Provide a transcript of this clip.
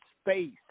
space